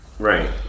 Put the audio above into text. Right